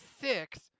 six